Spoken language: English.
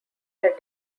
had